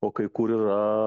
o kai kur yra